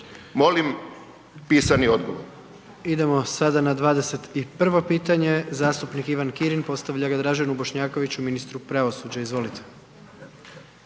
Molim pisani odgovor.